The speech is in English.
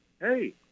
hey